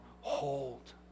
hold